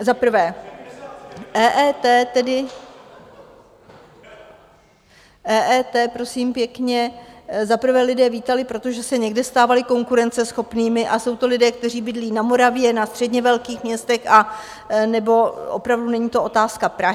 Za prvé EET tedy, EET, prosím pěkně, za prvé lidé vítali, protože se někde stávali konkurenceschopnými, a jsou to lidé, kteří bydlí na Moravě na středně velkých městech, anebo opravdu není to otázka Prahy.